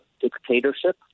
dictatorship